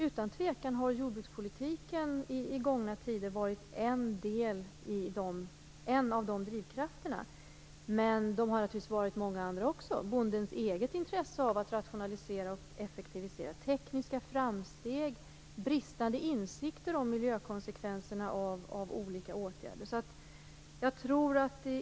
Utan tvivel har jordbrukspolitiken i gångna tider varit en av dessa drivkrafter, men de har naturligtvis även varit många andra - bondens eget intresse av att rationalisera och effektivisera, tekniska framsteg, bristande insikter om miljökonsekvenserna av olika åtgärder etc.